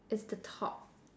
it's the top